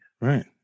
Right